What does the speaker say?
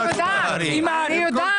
אני יודעת.